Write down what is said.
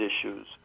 issues